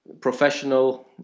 professional